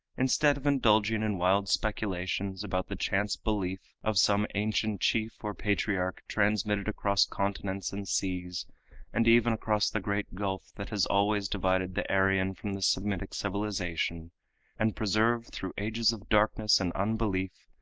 instead of indulging in wild speculations about the chance belief of some ancient chief or patriarch, transmitted across continents and seas and even across the great gulf that has always divided the aryan from the semitic civilization and preserved through ages of darkness and unbelief,